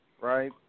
right